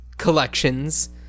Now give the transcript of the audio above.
collections